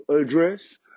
address